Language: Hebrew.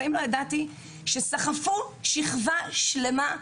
ושסחפו שכבה שלימה,